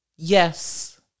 Yes